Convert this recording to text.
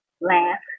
laugh